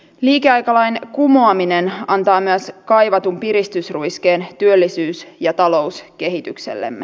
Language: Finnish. liikeaikalain kumoaminen antaa myös kaivatun piristysruiskeen työllisyys ja talouskehityksellemme